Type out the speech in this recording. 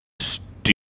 Stupid